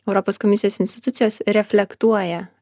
europos komisijos institucijos reflektuoja